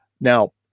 Now